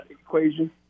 equation